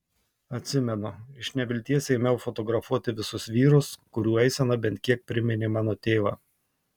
atsimenu iš nevilties ėmiau fotografuoti visus vyrus kurių eisena bent kiek priminė mano tėvą